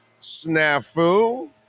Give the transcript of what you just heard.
snafu